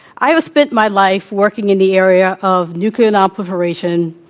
i have spent my life working in the area of nuclear nonproliferation,